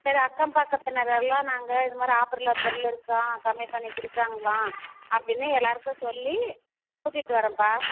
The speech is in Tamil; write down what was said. சரி அக்கம்பக்கத்தினரெல்லாம் நாங்கள் இதுமாதிரி ஆஃபரில் பொருள் இருக்காம் கம்மிப்பண்ணி கொடுக்குறாங்கலாம் அப்படின்னு எல்லோருக்கும் சொல்லி கூட்டிகிட்டு வரேன்ப்பா